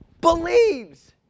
believes